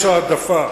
יש העדפה.